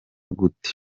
gute